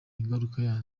n’ingaruka